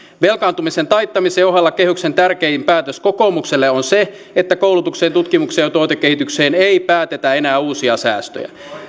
velkaantumisen taittamisen ohella kehyksen tärkein päätös kokoomukselle on se että koulutukseen tutkimukseen ja tuotekehitykseen ei päätetä enää uusia säästöjä